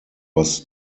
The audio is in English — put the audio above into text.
was